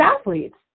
athletes